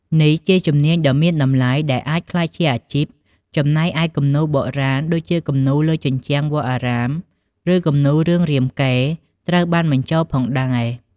នេះជាជំនាញដ៏មានតម្លៃដែលអាចក្លាយជាអាជីព ចំណែកឯគំនូរបុរាណ ដូចជាគំនូរលើជញ្ជាំងវត្តអារាម ឬគំនូររឿងរាមកេរ្តិ៍ ត្រូវបានបញ្ចូលផងដែរ។